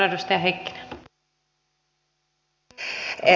arvoisa rouva puhemies